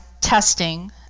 testing